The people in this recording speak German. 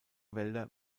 wälder